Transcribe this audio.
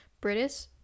British